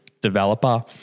developer